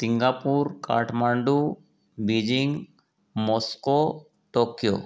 Singapore Kathmandu Beijing Moscow Tokyo